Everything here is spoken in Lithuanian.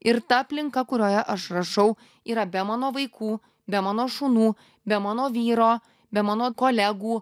ir ta aplinka kurioje aš rašau yra be mano vaikų be mano šunų be mano vyro be mano kolegų